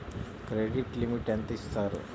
Credit limit ఎంత ఇస్తారు?